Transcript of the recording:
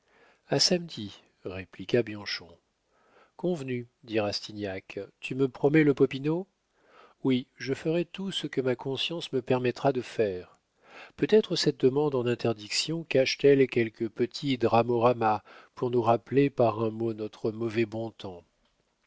a samedi répliqua bianchon convenu dit rastignac tu me promets le popinot oui je ferai tout ce que ma conscience me permettra de faire peut-être cette demande en interdiction cache t elle quelque petit dramorama pour nous rappeler par un mot notre mauvais bon temps